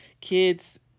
kids